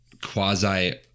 quasi